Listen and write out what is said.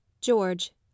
george